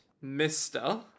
Mister